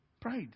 Pride